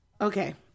okay